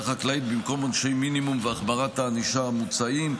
החקלאית במקום עונשי מינימום והחמרת הענישה המוצעים,